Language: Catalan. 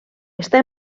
està